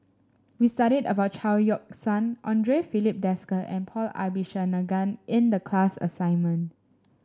we studied about Chao Yoke San Andre Filipe Desker and Paul Abisheganaden in the class assignment